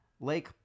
lake